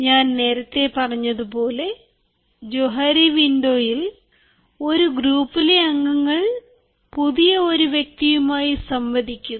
ഞാൻ നേരത്തെ പറഞ്ഞതുപോലെ ജോഹാരി വിൻഡോയിൽ ഒരു ഗ്രൂപ്പിലെ അംഗങ്ങൾ പുതിയ ഒരു വ്യക്തിയുമായി സംവദിക്കുന്നു